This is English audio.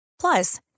Plus